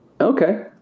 Okay